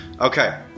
okay